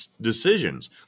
decisions